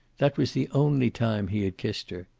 that was the only time he had kissed her.